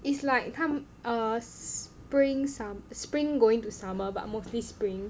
it's like 他们 err spring sum~ spring going to summer but mostly spring